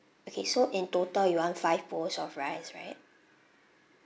okay so in total you want five bowls of rice right